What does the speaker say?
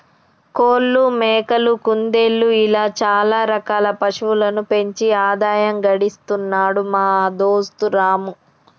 కోళ్లు మేకలు కుందేళ్లు ఇలా చాల రకాల పశువులను పెంచి ఆదాయం గడిస్తున్నాడు మా దోస్తు రాము